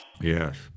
Yes